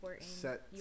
set